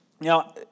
Now